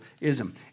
ism